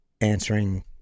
answering